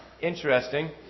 interesting